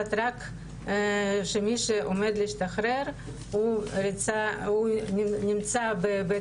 מתבצעת רק שמי שעומד להשתחרר הוא נמצא בבית